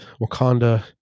Wakanda